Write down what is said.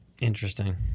Interesting